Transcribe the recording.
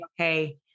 okay